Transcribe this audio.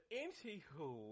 anywho